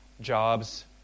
jobs